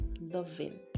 loving